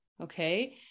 Okay